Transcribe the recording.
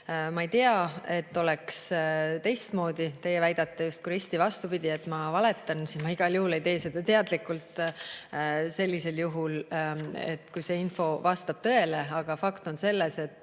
ma ei tea, et oleks teistmoodi. Teie väidate justkui risti vastupidi, et ma valetan. Ma igal juhul ei tee seda teadlikult, sellisel juhul kui see info vastab tõele. Aga fakt on see, et